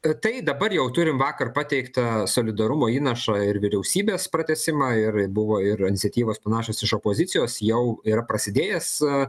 tai dabar jau turim vakar pateiktą solidarumo įnašą ir vyriausybės pratęsimą ir buvo ir iniciatyvos panašios iš opozicijos jau yra prasidėjęs